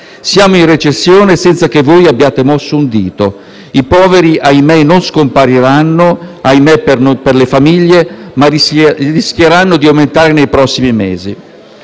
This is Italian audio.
Siamo in recessione senza che abbiate mosso un dito. I poveri non scompariranno - ahimè per le famiglie - ma rischieranno di aumentare nei prossimi mesi.